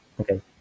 Okay